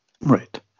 Right